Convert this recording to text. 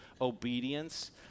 obedience